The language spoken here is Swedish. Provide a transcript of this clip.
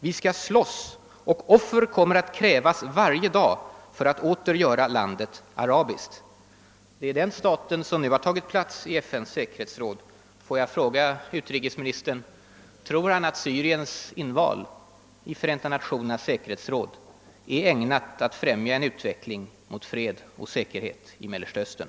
Vi ska slåss, och offer kommer att krävas varje dag för att åter göra landet arabiskt.> Det är alltså den staten som nu har tagit plats i FN:s säkerhetsråd. Får jag fråga utrikesministern: Tror Ni att Syriens inval i FN:s säkerhetsråd är ägnat att främja en utveckling mot fred och säkerhet i Mellersta Östern?